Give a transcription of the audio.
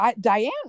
Diane